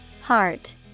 Heart